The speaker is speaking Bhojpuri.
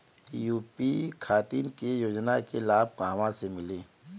यू.पी खातिर के योजना के लाभ कहवा से मिली?